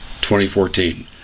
2014